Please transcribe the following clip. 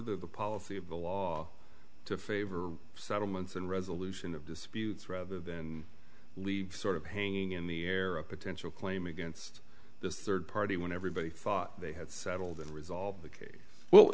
the policy of the law to favor settlements and resolution of disputes rather than leave sort of hanging in the air a potential claim against this third party when everybody thought they had settled and resolve